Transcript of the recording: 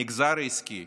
המגזר העסקי,